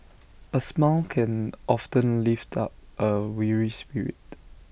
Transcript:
A smile can often lift up A weary spirit